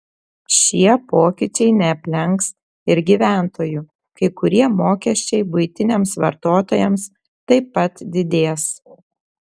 šie pokyčiai neaplenks ir gyventojų kai kurie mokesčiai buitiniams vartotojams taip pat didės